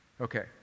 Okay